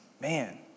Man